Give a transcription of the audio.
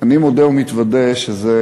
אני מודה ומתוודה שזה,